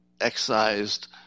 excised